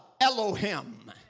Elohim